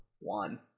one